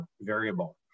variable